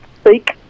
speak